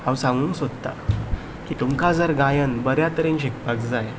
हांव सांगूक सोदतां की तुमकां जर गायन बऱ्या तरेन शिकपाक जाय जाल्यार